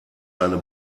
seine